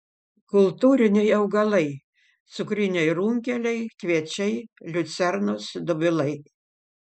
kultūriniai augalai cukriniai runkeliai kviečiai liucernos dobilai